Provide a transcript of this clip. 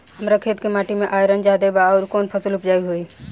हमरा खेत के माटी मे आयरन जादे बा आउर कौन फसल उपजाऊ होइ?